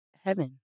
heaven